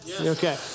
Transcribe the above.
Okay